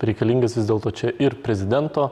reikalingas vis dėlto čia ir prezidento